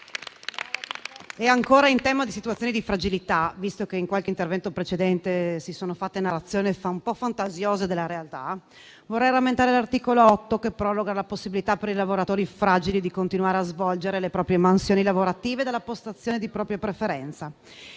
Ancora, in tema di situazioni di fragilità, visto che in qualche intervento precedente si sono fatte narrazioni della realtà un po’ fantasiose, vorrei rammentare l’articolo 8 che proroga la possibilità per i lavoratori fragili di continuare a svolgere le proprie mansioni lavorative dalla postazione di propria preferenza.